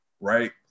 right